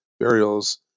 burials